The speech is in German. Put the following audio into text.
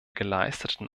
geleisteten